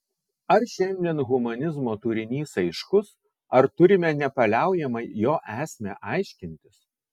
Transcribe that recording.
ar šiandien humanizmo turinys aiškus ar turime nepaliaujamai jo esmę aiškintis